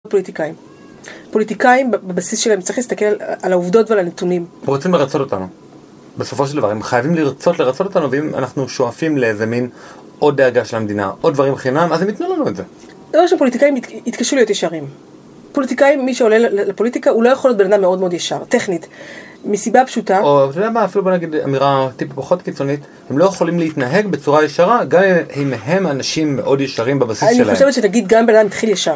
פוליטיקאים. פוליטיקאים בבסיס שלהם צריך להסתכל על העובדות ועל הנתונים. הם רוצים לרצות אותנו. בסופו של דבר הם חייבים לרצות לרצות אותנו ואם אנחנו שואפים לאיזה מין עוד דאגה של המדינה, עוד דברים חרינם, אז הם יתנו לנו את זה. דבר ראשון, פוליטיקאים יתקשו להיות ישרים. פוליטיקאים, מי שעולה לפוליטיקה הוא לא יכול להיות בן אדם מאוד מאוד ישר, טכנית. מסיבה פשוטה... או בואי נגיד אמירה פחות קיצונית, הם לא יכולים להתנהג בצורה ישרה, גם אם הם אנשים מאוד ישרים בבסיס שלהם. אני חושבת שנגיד גם אם בן אדם התחיל ישר